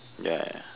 ya